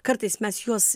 kartais mes jos